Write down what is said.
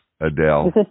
adele